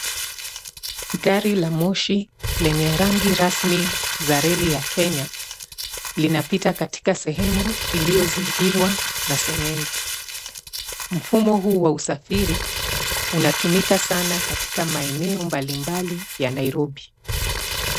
Gari la moshi lenye rangi rasmi za reli ya Kenya linapita katika sehemu iliyozingirwa na seng'eng'e. Mfumo huu wa usafiri unatumika sana katika maeneo mbalimbali ya Nairobi.